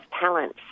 talent